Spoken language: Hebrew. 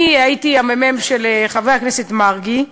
אני הייתי המ"מ של חבר הכנסת מרגי,